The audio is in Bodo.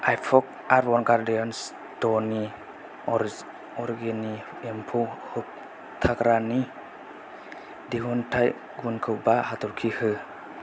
आइफक' आर्बान गार्डेन्स दनि अर्ज अरगेनिक एम्फौ होबथाग्रानि दिहुनथाइ गुनखौ बा हाथरखि हो